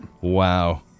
Wow